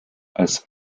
als